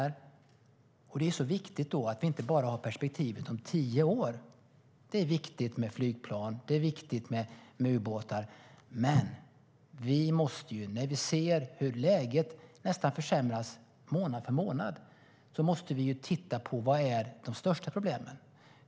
Då är det viktigt att vi inte bara har perspektivet om tio år. Det är viktigt med flygplan och ubåtar, men när vi ser hur läget försämras nästan månad för månad måste vi titta på vad de största problemen är.